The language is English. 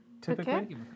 typically